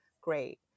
great